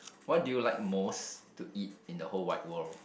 what do you like most to eat in the whole wide world